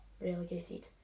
Relegated